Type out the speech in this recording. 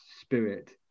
spirit